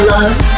Love